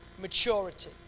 maturity